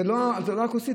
זה לא הכוסית,